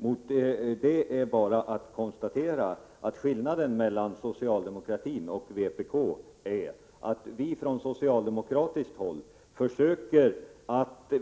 Mot detta kan jag bara konstatera att skillnaden mellan socialdemokraterna och vpk är att vi från socialdemokratiskt håll försöker att